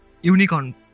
Unicorn